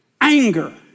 anger